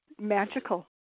Magical